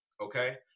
Okay